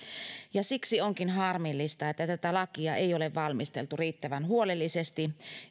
siksi onkin harmillista että tätä lakia ei ole valmisteltu riittävän huolellisesti